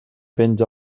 penja